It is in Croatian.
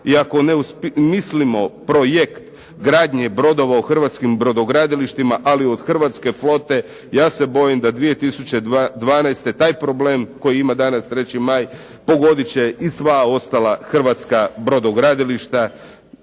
ako mislimo projekt gradnje brodova u hrvatskim brodogradilištima ali od hrvatske flote, ja se bojim da 2012. taj problem koji ima danas "3. maj" pogodit će i sva ostala hrvatska brodogradilišta.